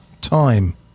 time